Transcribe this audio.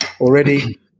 already